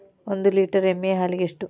ಒಂದು ಲೇಟರ್ ಎಮ್ಮಿ ಹಾಲಿಗೆ ಎಷ್ಟು?